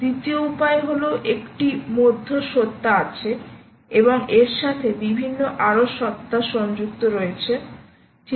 দ্বিতীয় উপায় হল একটি মধ্য সত্ত্বা আছে এবং এর সাথে বিভিন্ন আরো সত্ত্বা সংযুক্ত রয়েছে ঠিক আছে